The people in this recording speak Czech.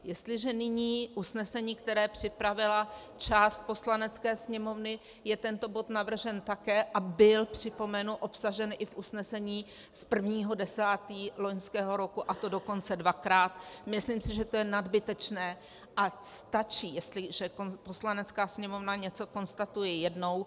Jestliže nyní v usnesení, které připravila část Poslanecké sněmovny, je tento bod navržen také a byl, připomenu, obsažen i v usnesení z 1. 10. loňského roku, a to dokonce dvakrát, myslím si, že to je nadbytečné a stačí, jestliže Poslanecká sněmovna něco konstatuje jednou.